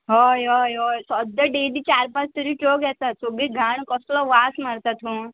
हय हय हय सद्दां डेली चार पांच तरी ट्रक येतात सगळीं घाण कसलो वास मारतात थंय